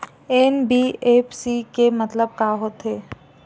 NBFC के मतलब का होथे?